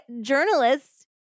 Journalists